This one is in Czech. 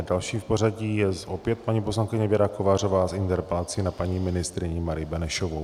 Další v pořadí je opět paní poslankyně Věra Kovářová s interpelací na paní ministryni Marii Benešovou.